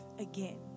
Again